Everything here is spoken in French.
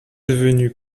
devenu